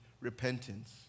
repentance